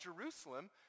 Jerusalem